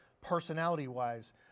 personality-wise